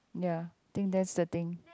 ya think that's the thing